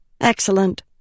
Excellent